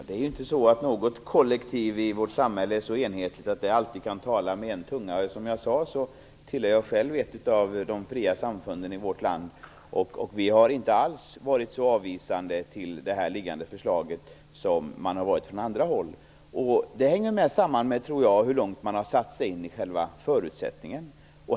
Fru talman! Inget kollektiv i vårt samhälle är så enhetligt att det alltid kan tala med en tunga. Som jag sade tillhör jag själv ett av de fria samfunden i vårt land. Vi har inte alls varit så avvisande till det föreliggande förslaget som man har varit från andra håll. Jag tror att det hänger samman med hur långt man har satt sig in i själva förutsättningen.